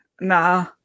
Nah